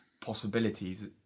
possibilities